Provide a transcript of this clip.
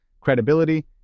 credibility